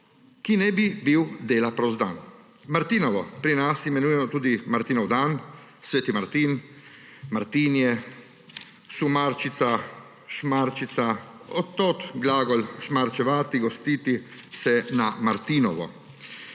ki naj bi bil dela prost dan. Martinovo pri nas imenujemo tudi Martinov dan, sveti Martin, martinje, sumarčica, šmarčica – od tod glagol šmarčevati, gostiti se na martinovo